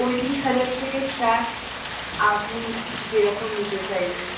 পঁয়ত্রিশ হাজার থেকে স্টার্ট আপনি যেরকম নিতে চাইবেন